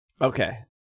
Okay